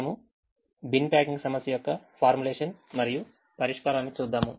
మనము bin packing సమస్య యొక్క ఫార్ములేషన్ మరియు పరిష్కారాన్ని చూద్దాము